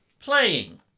Playing